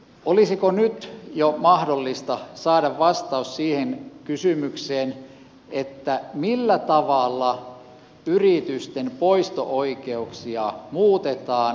olisiko nyt jo mahdollista saada vastaus siihen kysymykseen että millä tavalla yritysten poisto oikeuksia muutetaan